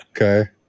okay